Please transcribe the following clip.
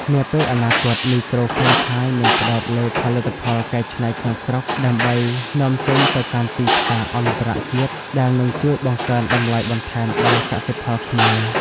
នាពេលអនាគត មីក្រូហ្វ្រេនឆាយនឹងផ្ដោតលើ "ផលិតផលកែច្នៃក្នុងស្រុក" ដើម្បីនាំចេញទៅកាន់ទីផ្សារអន្តរជាតិ ដែលនឹងជួយបង្កើនតម្លៃបន្ថែមដល់កសិផលខ្មែរ។